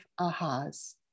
ahas